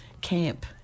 camp